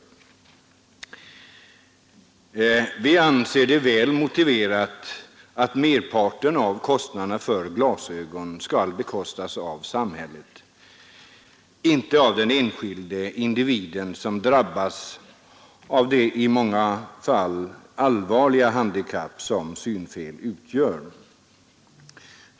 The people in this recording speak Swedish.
Vi anser det väl motiverat att merparten av kostnaderna för glasögon skall bekostas av samhället och inte av den enskilde individen som har drabbats av det i många fall allvarliga handikapp som ett synfel utgör.